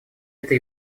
это